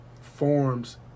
forms